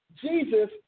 Jesus